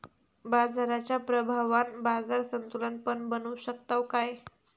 बाजाराच्या प्रभावान बाजार संतुलन पण बनवू शकताव काय?